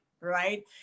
Right